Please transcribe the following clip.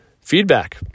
feedback